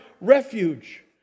refuge